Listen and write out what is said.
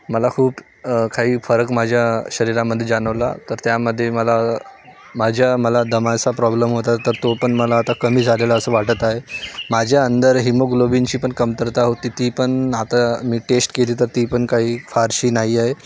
मला खूप काही फरक माझ्या शरीरामध्ये जाणवला तर त्यामध्ये मला माझ्या मला दमाचा प्रॉब्लम होता तर तो पण मला आता कमी झालेला असं वाटत आहे माझ्या अंदर हिमोग्लोबीनची पण कमतरता होती ती पण आता मी टेस्ट केली तर ती पण काही फारशी नाही आहे